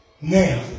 Now